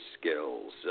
skills